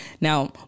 now